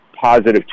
positive